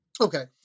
Okay